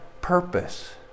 purpose